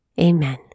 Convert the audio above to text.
Amen